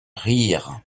rirent